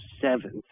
seventh